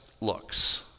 looks